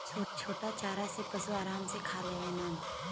छोटा चारा के पशु आराम से खा लेवलन